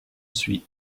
suis